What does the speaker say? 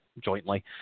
jointly